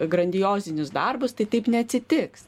grandiozinius darbus tai taip neatsitiks